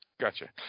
Gotcha